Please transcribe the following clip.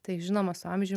tai žinoma su amžium